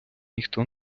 ніхто